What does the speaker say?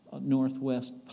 Northwest